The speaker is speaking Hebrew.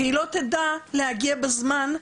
והיא לא תדע להגיע בזמן,